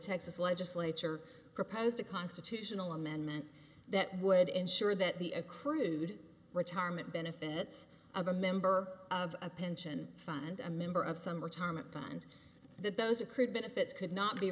texas legislature proposed a constitutional amendment that would ensure that the accrued retirement benefits of a member of a pension fund a member of some retirement fund that those accrued benefits could not be